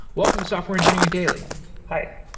welcome to software engineering daily hi.